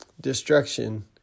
destruction